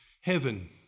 heaven